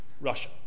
Russia